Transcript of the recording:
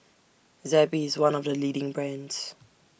Zappy IS one of The leading brands